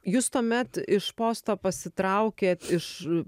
jūs tuomet iš posto pasitraukė iš